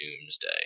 doomsday